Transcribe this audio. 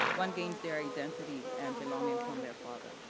one gains their identity and belonging from their father.